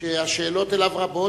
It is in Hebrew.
שהשאלות אליו רבות,